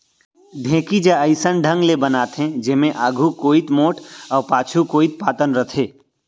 ढेंकी ज अइसन ढंग ले बनाथे जेमा आघू कोइत मोठ अउ पाछू कोइत पातन रथे